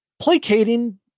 placating